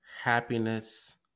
happiness